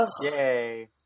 Yay